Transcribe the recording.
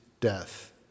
death